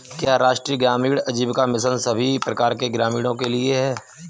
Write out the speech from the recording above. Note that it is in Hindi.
क्या राष्ट्रीय ग्रामीण आजीविका मिशन सभी प्रकार के ग्रामीणों के लिए है?